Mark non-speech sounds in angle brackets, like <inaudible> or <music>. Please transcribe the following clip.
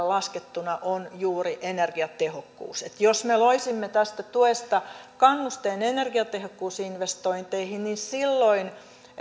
<unintelligible> laskettuna on juuri energiatehokkuus jos me loisimme tästä tuesta kannusteen energiatehokkuusinvestointeihin niin silloin